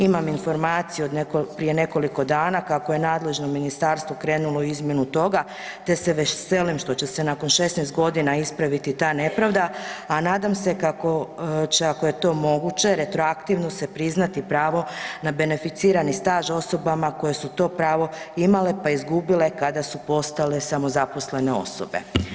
Imam informaciju od prije nekoliko dana kako je nadležno ministarstvo krenulo u izmjenu toga, te se veselim što će se nakon 16.g. ispraviti ta nepravda, a nadam se kako će, ako je to moguće, retroaktivno se priznati pravo na beneficirani staž osobama koje su to pravo imale, pa izgubile kada su postale samozaposlene osobe.